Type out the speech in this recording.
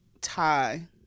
tie